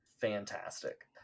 fantastic